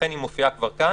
אכן היא מופיעה כבר כאן.